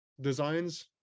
designs